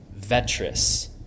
Vetris